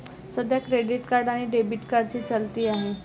सध्या credit card आणि debit कार्डची चलती आहे